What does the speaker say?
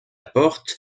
porte